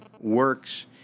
works